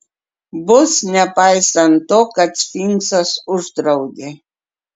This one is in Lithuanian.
bus nepaisant to kad sfinksas uždraudė